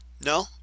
No